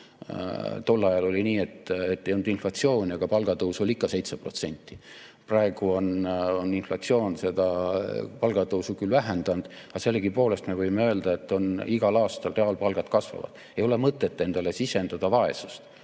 Tol ajal oli nii, et ei olnud inflatsiooni, aga palgatõus oli ikka 7%. Praegu on inflatsioon seda palgatõusu küll vähendanud, aga sellegipoolest me võime öelda, et igal aastal reaalpalgad kasvavad. Ei ole mõtet endale sisendada vaesust.